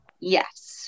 yes